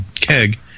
keg